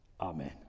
Amen